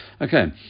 Okay